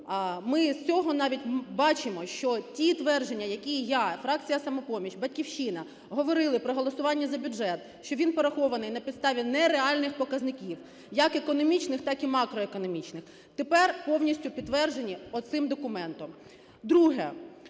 ми з цього навіть бачимо, що ті твердження, які я, фракція "Самопоміч", "Батьківщина" говорили при голосуванні за бюджет, що він порахований на підставі нереальних показників, як економічних, так і макроекономічних, тепер повністю підтверджені оцим документом. Друге.